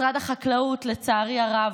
משרד החקלאות, לצערי הרב,